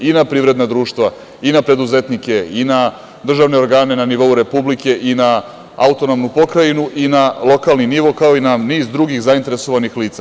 I na privredna društva i na preduzetnike i na državne organe na nivou Republike i na AP i na lokalni nivo kao i na niz drugih zainteresovanih lica.